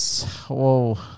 whoa